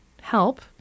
help